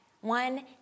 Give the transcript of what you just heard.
One